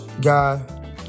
guy